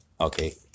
okay